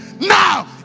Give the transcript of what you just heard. now